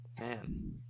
man